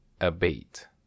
Abate